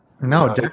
No